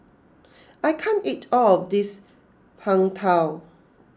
I can't eat all of this Png Tao